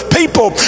people